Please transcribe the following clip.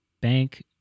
bank